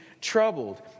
troubled